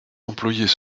employés